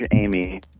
Amy